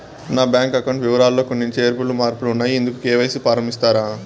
నా bank account వివరాలు లో కొన్ని చేర్పులు మార్పులు ఉన్నాయి, ఇందుకు కె.వై.సి ఫారం ఇస్తారా?